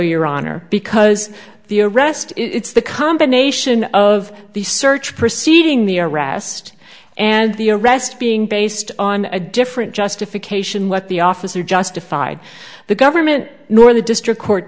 your honor because the arrest it's the combination of the search proceeding the arrest and the arrest being based on a different justification what the officer justified the government nor the district court